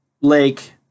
lake